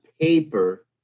paper